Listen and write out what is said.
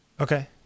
Okay